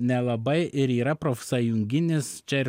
nelabai ir yra profsąjunginis čia ir